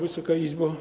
Wysoka Izbo!